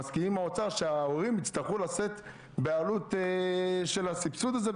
שההורים הצטרכו לשאת בעלות של הסבסוד הזה,